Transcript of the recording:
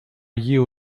you